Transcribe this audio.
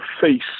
face